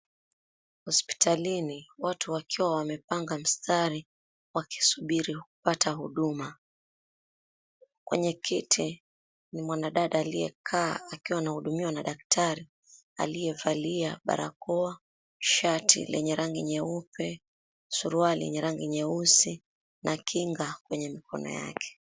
Hospitalini, watu wakiwa wamepanga mstari wakisubiri kupata huduma. Kwenye kiti ni mwanadada aliyekaa akiwa anahudumiwa na daktari aliyevalia barakoa, shati lenye rangi nyeupe, suruali lenye rangi nyeusi na kinga kwenye mikono yake.